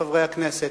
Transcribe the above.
חברי הכנסת,